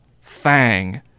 Fang